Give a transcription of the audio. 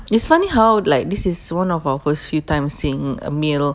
it's funny how like this is one of our first few time seeing a male